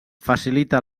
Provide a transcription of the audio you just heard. facilita